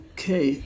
Okay